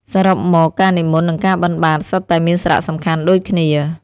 សរុបមក ការនិមន្តនឹងការបិណ្ឌបាតសុទ្ធតែមានសារៈសំខាន់ដូចគ្នា។